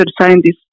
scientists